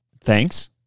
Thanks